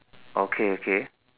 okay okay